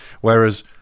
Whereas